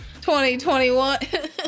2021